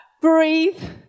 Breathe